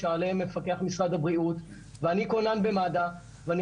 שעליהם מפקח משרד הבריאות ואני כונן במד"א ואני